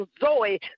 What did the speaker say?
Zoe